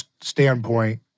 standpoint